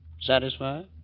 Satisfied